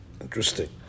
Interesting